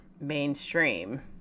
mainstream